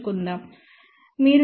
మీరు gs ని 1